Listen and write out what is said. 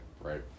right